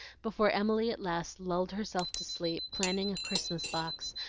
before emily at last lulled herself to sleep planning a christmas box,